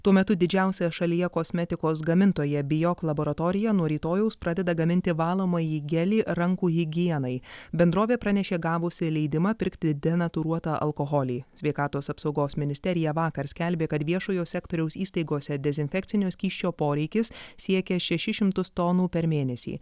tuo metu didžiausia šalyje kosmetikos gamintoja biok laboratorija nuo rytojaus pradeda gaminti valomąjį gelį rankų higienai bendrovė pranešė gavusi leidimą pirkti denatūruotą alkoholį sveikatos apsaugos ministerija vakar skelbė kad viešojo sektoriaus įstaigose dezinfekcinio skysčio poreikis siekė šešis šimtus tonų per mėnesį